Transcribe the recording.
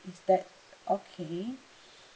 is that okay